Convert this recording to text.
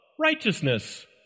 righteousness